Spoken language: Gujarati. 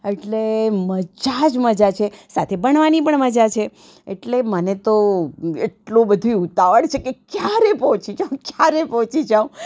એટલે મજા જ મજા છે સાથે ભણવાની પણ મજા છે એટલે મને તો એટલી બધી ઉતાવળ છે કે ક્યારે પહોંચી જાઉં ક્યારે પહોંચી જાઉં